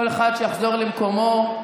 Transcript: כל אחד שיחזור למקומו.